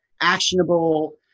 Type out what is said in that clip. actionable